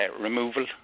removal